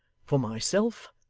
for myself,